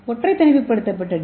ஒற்றை தனிமைப்படுத்தப்பட்ட டி